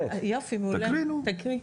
תקריא.